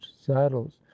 saddles